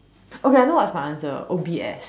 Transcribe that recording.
okay I know what's my answer O_B_S